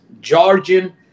Georgian